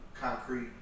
concrete